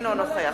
אינו נוכח